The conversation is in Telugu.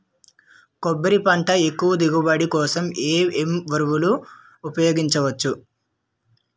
కొబ్బరి పంట ఎక్కువ దిగుబడి కోసం ఏ ఏ ఎరువులను ఉపయోగించచ్చు?